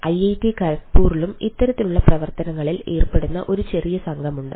IIT ഖരഗ്പൂരിലും ഇത്തരത്തിലുള്ള പ്രവർത്തനങ്ങളിൽ ഏർപ്പെടുന്ന ഒരു ചെറിയ സംഘമുണ്ട്